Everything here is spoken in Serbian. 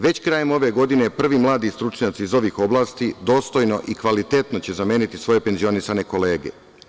Već krajem ove godine, prvi mladi stručnjaci iz ovih oblasti dostojno i kvalitetno će zameniti svoje penzionisane kolege.